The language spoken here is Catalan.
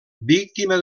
víctima